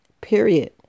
period